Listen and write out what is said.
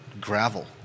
gravel